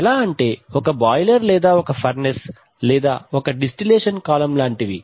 ఎలా అంటే ఒక బాయిలర్ లేదా ఒక ఫర్నెస్ లేదా ఒక డిస్టిలేషన్ కాలమ్ లాంటివి